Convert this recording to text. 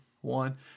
one